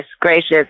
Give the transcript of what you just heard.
gracious